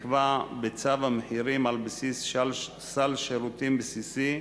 נקבע בצו המחירים על בסיס סל שירותים בסיסי,